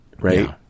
right